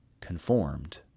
conformed